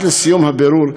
ועד לסיום הבירור,